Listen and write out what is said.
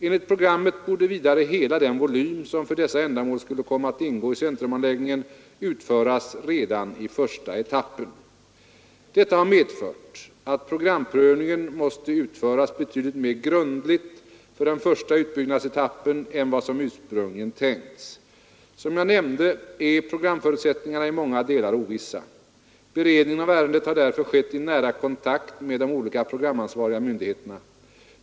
Enligt programmet borde vidare hela den volym som för dessa ändamål skulle komma att ingå i centrumanläggningen utföras redan i första etappen. Detta har medfört att programprövningen måste utföras betydligt mer grundligt för den första utbyggnadsetappen än vad som ursprungligen tänkts. Som jag nämnde är programförutsättningarna i många delar ovissa. Beredningen av ärendet har därför skett i nära kontakt med de olika programansvariga myndigheterna.